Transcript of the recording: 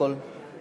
מתנגדים, אין